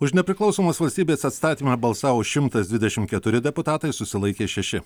už nepriklausomos valstybės atstatymą balsavo šimtas dvidešimt keturi deputatai susilaikė šeši